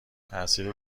تاثیر